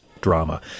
drama